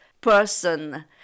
person